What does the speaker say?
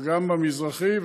אבל גם לא במזרחי,